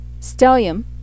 stellium